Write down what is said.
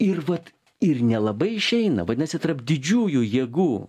ir vat ir nelabai išeina vadinasi tarp didžiųjų jėgų